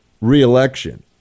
re-election